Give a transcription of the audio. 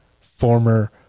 former